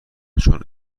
چون